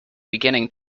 beginning